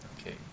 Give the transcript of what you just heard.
Okay